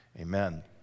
Amen